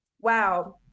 wow